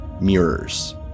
mirrors